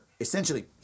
essentially